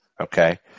Okay